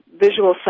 visual